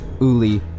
Uli